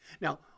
Now